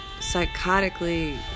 psychotically